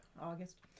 August